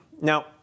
Now